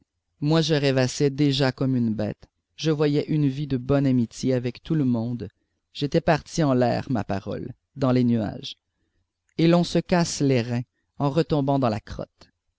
moi je rêvassais déjà comme une bête je voyais une vie de bonne amitié avec tout le monde j'étais partie en l'air ma parole dans les nuages et l'on se casse les reins en retombant dans la crotte